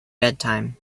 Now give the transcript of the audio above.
bedtime